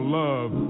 love